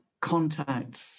contacts